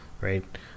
right